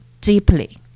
deeply